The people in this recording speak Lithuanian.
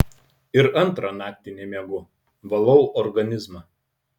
ir antrą naktį nemiegu valau organizmą